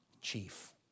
chief